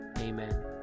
Amen